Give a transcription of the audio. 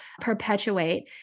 perpetuate